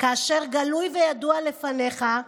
כאשר גלוי וידוע לפניך.